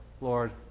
Lord